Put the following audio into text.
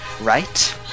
right